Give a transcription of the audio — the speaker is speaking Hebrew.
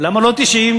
למה לא 90?